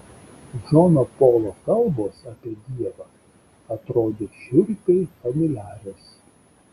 džono polo kalbos apie dievą atrodė šiurpiai familiarios